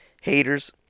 haters